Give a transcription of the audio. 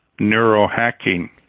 neurohacking